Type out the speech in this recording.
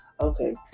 okay